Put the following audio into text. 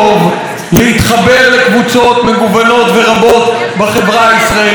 להתחבר לקבוצות מגוונות ורבות בחברה הישראלית.